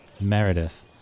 Meredith